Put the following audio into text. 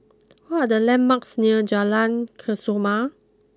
what are the landmarks near Jalan Kesoma